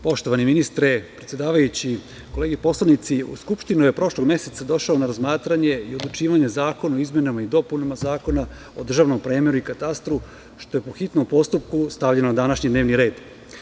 Poštovani ministre, predsedavajući, kolege poslanici, u Skupštinu je prošlog meseca došao na razmatranje o odlučivanje zakon o izmenama i dopunama Zakona o državnom premeru i katastru, što je po hitnom postupku stavljeno na današnji dnevni red.